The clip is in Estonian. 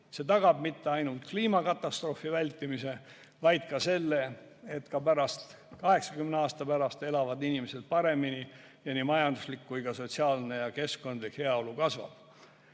See tagab mitte ainult kliimakatastroofi vältimise, vaid ka selle, et 80 aasta pärast elavad inimesed paremini ning nii majanduslik kui ka sotsiaalne ja keskkondlik heaolu kasvab.